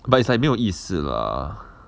but it's like 没有意思 lah